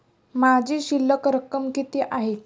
माझी शिल्लक रक्कम किती आहे?